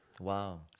Wow